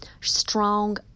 strong